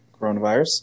coronavirus